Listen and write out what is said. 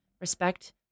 respect